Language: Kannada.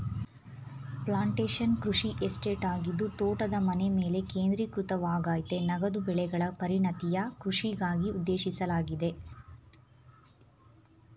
ಪ್ಲಾಂಟೇಶನ್ ಕೃಷಿ ಎಸ್ಟೇಟ್ ಆಗಿದ್ದು ತೋಟದ ಮನೆಮೇಲೆ ಕೇಂದ್ರೀಕೃತವಾಗಯ್ತೆ ನಗದು ಬೆಳೆಗಳ ಪರಿಣತಿಯ ಕೃಷಿಗಾಗಿ ಉದ್ದೇಶಿಸಲಾಗಿದೆ